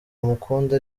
amukunda